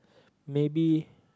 maybe